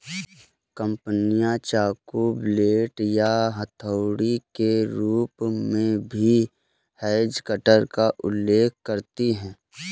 कंपनियां चाकू, ब्लेड या हथौड़े के रूप में भी हेज कटर का उल्लेख करती हैं